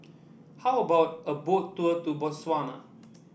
how about a Boat Tour to Botswana